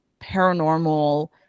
paranormal